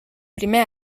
primer